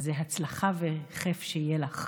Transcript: אז הצלחה וכיף שיהיה לך.